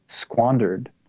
squandered